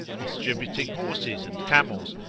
distributing horses and camels,